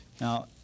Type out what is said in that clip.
Now